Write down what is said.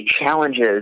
challenges